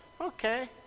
okay